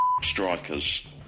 Strikers